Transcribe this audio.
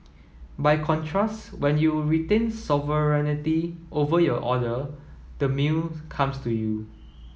by contrast when you retain sovereignty over your order the meal comes to you